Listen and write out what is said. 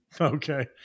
Okay